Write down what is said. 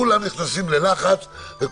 כולם נכנסים ללחץ.